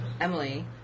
Emily